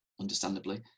understandably